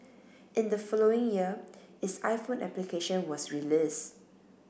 in the following year its iPhone application was released